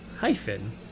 hyphen